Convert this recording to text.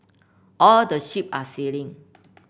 all the ship are sailing